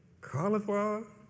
cauliflower